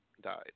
died